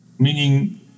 Meaning